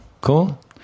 cool